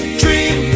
dream